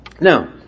Now